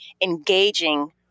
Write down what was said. engaging